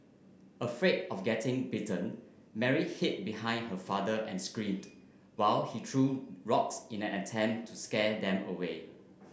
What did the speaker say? afraid of getting bitten Mary hid behind her father and screamed while he threw rocks in an attempt to scare them away